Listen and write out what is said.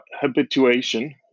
habituation